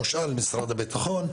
מושאל משרד הביטחון,